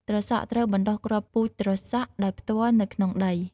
ត្រសក់ ត្រូវបណ្ដុះគ្រាប់ពូជត្រសក់ដោយផ្ទាល់ទៅក្នុងដី។